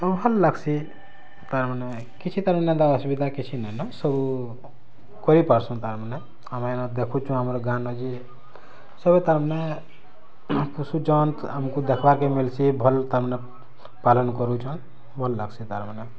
ଆଉ ଭଲ୍ ଲାଗସି ତାର୍ ମାନେ କିଛି ତାର୍ ନା ତା ଅସୁବିଧା କିଛି ନାଇଁ ନ ସବୁ କରି ପାରସୁ ତାର୍ ମାନେ ଆମେ ଏନ ଦେଖୁଛୁ ଆମର୍ ଗାଁ ନ ଯେ ସବୁ ତାର୍ ମାନେ ପୋଷୁଚନ୍ ଆମକୁ ଦେଖିବାର୍ କେ ମିଲସି ଭଲ୍ ତାର୍ ମାନେ ପାଲନ୍ କରୁଛନ ଭଲ୍ ଲାଗସି ତାର୍ ମାନେ